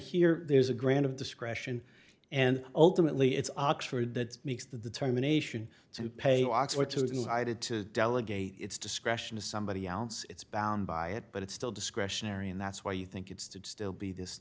here there's a grant of discretion and ultimately it's oxford that makes the determination to pay for two things i did to delegate its discretion to somebody else it's bound by it but it's still discretionary and that's why you think it's to still be this